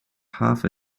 half